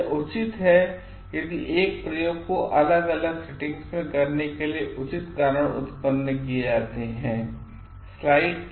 यह उचित है यदि एक ही प्रयोग कोअलग अलग सेटिंग्समें करने के लिए उचित कारण उत्पन्न किए जातेहैं